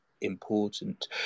important